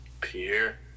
Pierre